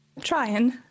trying